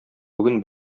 бүген